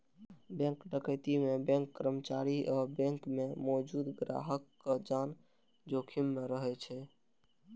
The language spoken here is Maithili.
बैंक डकैती मे बैंक कर्मचारी आ बैंक मे मौजूद ग्राहकक जान जोखिम मे रहै छै